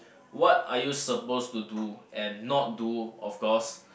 what are you supposed to do and not do of course